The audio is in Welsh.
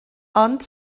ond